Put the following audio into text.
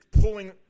pulling